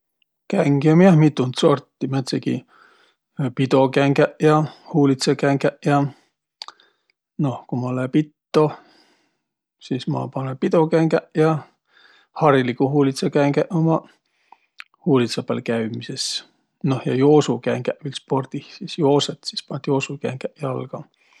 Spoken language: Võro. Kängi um jah mitund sorti. Määntsegi pidokängäq ja huulidsakängäq ja. Noh, ku ma lää pitto, sis ma panõ pidokängäq ja hariliguq huulidsakängäq ummaq huulidsa pääl käümises. Noh ja joosukängäq viil spordih, sis joosõt, panõq joosukängäq jalga.